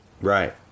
Right